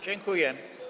Dziękuję.